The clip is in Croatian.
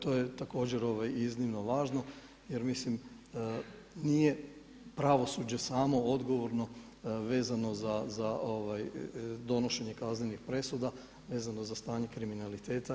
To je također iznimno važno jer mislim nije pravosuđe samo odgovorno vezano za donošenje kaznenih presuda, vezano za stanje kriminaliteta.